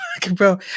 bro